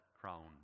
crown